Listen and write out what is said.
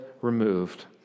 removed